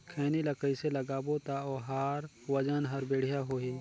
खैनी ला कइसे लगाबो ता ओहार वजन हर बेडिया होही?